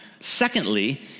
Secondly